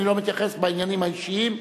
אני לא מתייחס בעניינים האישיים,